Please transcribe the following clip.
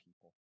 people